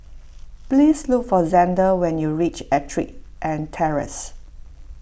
please look for Zander when you reach Ettrick and Terrace